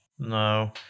No